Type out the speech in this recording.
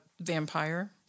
vampire